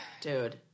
Dude